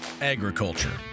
agriculture